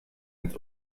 and